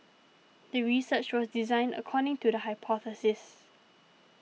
the research was designed according to the hypothesis